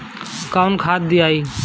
कौन खाद दियई?